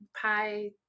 Pi